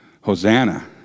Hosanna